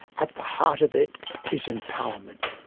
at the heart of it is empowerment,